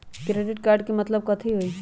Credit card के मतलब कथी होई?